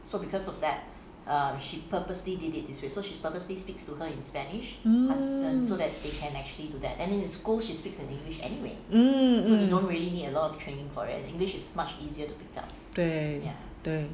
mmhmm mmhmm 对对